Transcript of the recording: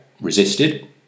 resisted